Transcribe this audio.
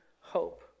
hope